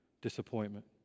disappointment